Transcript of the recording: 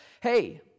Hey